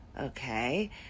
okay